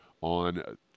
on